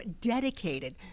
dedicated